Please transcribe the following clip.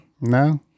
No